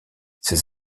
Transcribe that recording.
ces